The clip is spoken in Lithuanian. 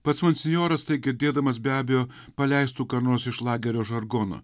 pats monsinjoras tai girdėdamas be abejo paleistų ką nors iš lagerio žargono